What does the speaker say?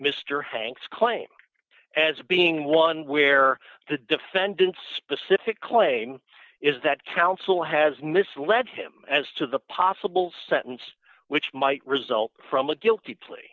mr hanks claim as being one where the defendant specific claim is that counsel has misled him as to the possible sentence which might result from a guilty plea